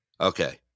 Okay